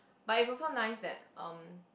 but it's also nice that um